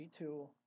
G2